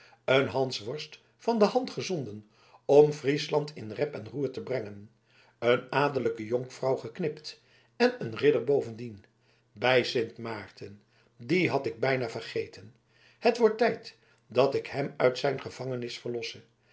een hansworst van de hand gezonden om friesland in rep en roer te brengen een adellijke jonkvrouw geknipt en een ridder bovendien bij sint maarten dien had ik bijna vergeten het wordt tijd dat ik hem uit zijn gevangenis verlosse